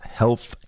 health